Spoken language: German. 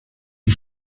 die